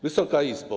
Wysoka Izbo!